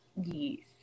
Yes